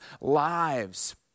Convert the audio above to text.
lives